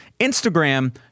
Instagram